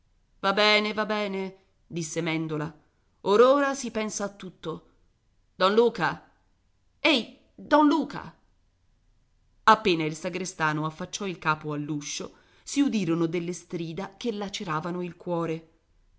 va bene va bene disse mèndola or ora si pensa a tutto don luca ehi don luca appena il sagrestano affacciò il capo all'uscio si udirono delle strida che laceravano il cuore